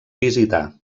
visitar